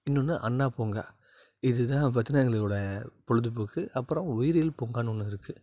இன்னொன்று அண்ணா பூங்கா இது தான் பாத்தோனா எங்களோட பொழுதுபோக்கு அப்புறம் உயிரியல் பூங்கானு ஒன்று இருக்குது